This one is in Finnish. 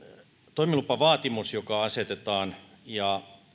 toimilupavaatimus joka asetetaan ja